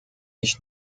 ich